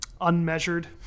unmeasured